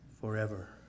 forever